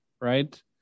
right